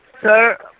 Sir